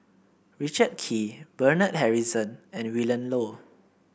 Richard Kee Bernard Harrison and Willin Low